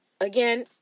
again